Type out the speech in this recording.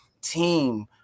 team